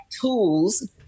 tools